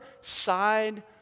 side